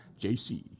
JC